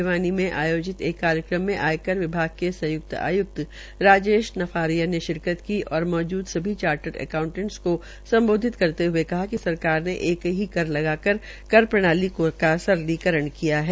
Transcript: भिवानी में आज आयोजित एक कार्यक्रम में आयकर विभाग के संय्क्त आय्क्त राजेश नाफ़ारिया ने शिरकत की और मौजूद सभी चार्टर्ड अकाऊटेंटस को सम्बोधित करते हये कहा कि सरकार ने एक ही कर प्रणाली की सरलीकरण किया है